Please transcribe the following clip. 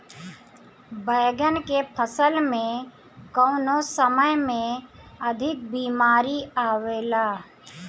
बैगन के फसल में कवने समय में अधिक बीमारी आवेला?